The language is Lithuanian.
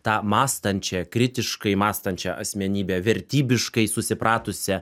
tą mąstančią kritiškai mąstančią asmenybę vertybiškai susipratusią